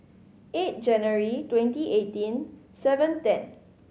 eight January twenty eighteen seven ten